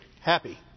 happy